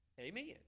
Amen